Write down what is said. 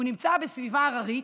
הוא נמצא בסביבה הררית,